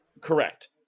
Correct